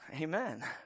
Amen